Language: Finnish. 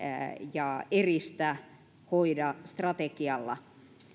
ja eristä ja hoida strategialla